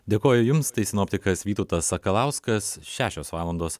dėkoju jums tai sinoptikas vytautas sakalauskas šešios valandos